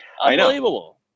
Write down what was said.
Unbelievable